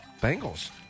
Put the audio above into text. Bengals